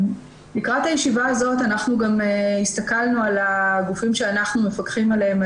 לקראת הישיבה הזאת אנחנו גם הסתכלנו על הגופים שאנחנו מפקחים עליהם,